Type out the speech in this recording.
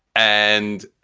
and